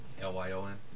L-Y-O-N